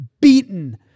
beaten